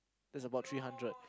that's about three hundred